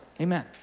amen